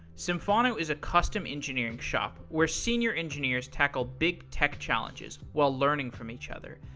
symphono is a custom engineering shop where senior engineers tackle big tech challenges while learning from each other.